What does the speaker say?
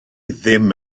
ddim